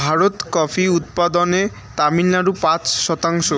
ভারতত কফি উৎপাদনে তামিলনাড়ু পাঁচ শতাংশ